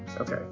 okay